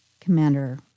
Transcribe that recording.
Commander